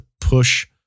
push